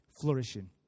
flourishing